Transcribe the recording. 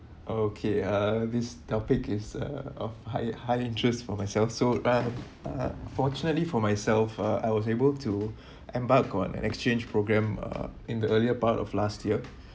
okay uh this topic is uh of higher high interest for myself so uh fortunately for myself uh I was able to embark on an exchange programme uh in the earlier part of last year